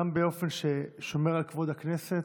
גם באופן ששומר על כבוד הכנסת,